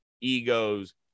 egos